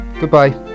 Goodbye